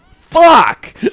fuck